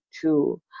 two